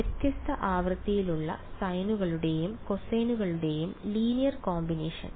വ്യത്യസ്ത ആവൃത്തിയിലുള്ള സൈനുകളുടെയും കോസൈനുകളുടെയും ലീനിയർ കോമ്പിനേഷൻ